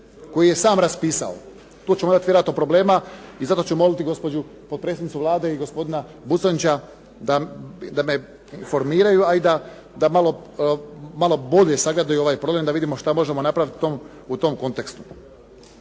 koji je sam raspisao. Tu ćemo imati vjerojatno problema i zato ću moliti gospođu potpredsjednicu Vlade i gospodina Buconjića da me informiraju, a da malo bolje sagledaju ovaj problem da vidimo što možemo napraviti u tom kontekstu.